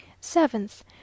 seventh